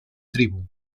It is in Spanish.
tribu